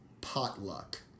potluck